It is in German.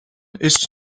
ist